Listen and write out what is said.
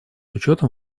учетом